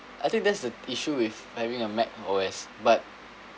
I think that's the issue with having a mac O_S but